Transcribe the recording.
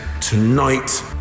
tonight